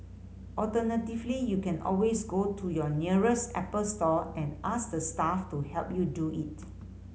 alternatively you can always go to your nearest Apple store and ask the staff to help you do it